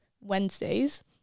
Wednesdays